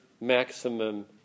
maximum